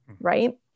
Right